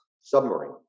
submarine